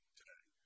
today